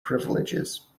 privileges